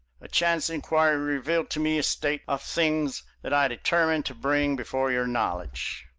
a chance inquiry revealed to me a state of things that i determined to bring before your knowledge.